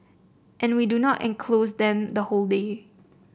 and we do not enclose them the whole day